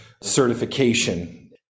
certification